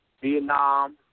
Vietnam